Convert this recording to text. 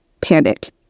panic